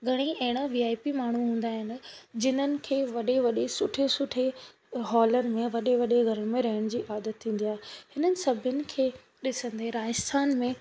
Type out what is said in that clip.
घणी अहिड़ा वीआईपी माण्हू हूंदा आहिनि जिनन खे वॾे वॾे सुठे सुठे हॉलनि में वॾे वॾे घर में रहण जी आदत थींदी आहे हिननि सभिनि खे ॾिसंदे राजस्थान में